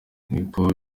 niko